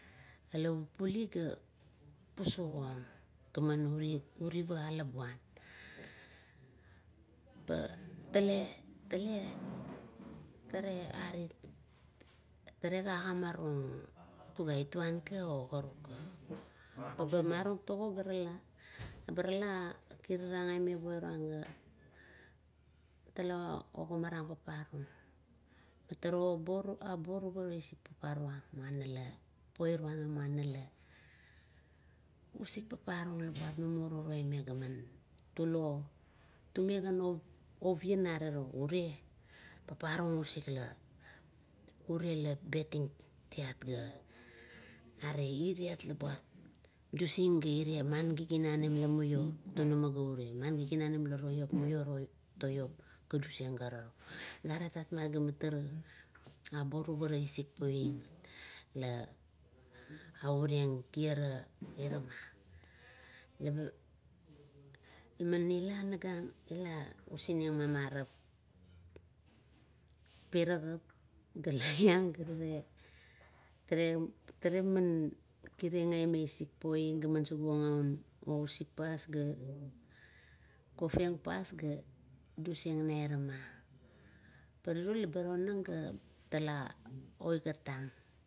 Ila bubuli ga posok ong gaman urica alabuan, ba tale, tale, tare, tare agimarung tuga ituanka okaruka, ba marong togo garala kirarang aime poirung, talaga ogimarang paparung, tara abo, aboruvara isik paparung muana la poirung. La muan, usik paparung la namo torau ang gaman tulo. Tumegan oian arelo, ure paparung usik labetang tiat ga, are iat la buat dusing ga irie, man giginanim lamuio tuna magaure, man giginanim la toiop la tolusang ga turo. Aret tapmat ga tara aboruvara isik poing la, avuralang. Kira irama eva, laman ila nagang ila usin ang ma piragap ga loap am, ga rale tale, tale, tare gan man kira ang me isik poing laman saguong ousik pas, kofang pas ga dusiang nairama. Pa riro ba tonang ga tala oigat tang.